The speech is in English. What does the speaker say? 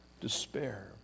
despair